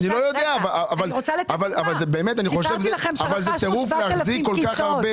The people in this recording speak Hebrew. אבל זה טירוף להחזיק כל-כך הרבה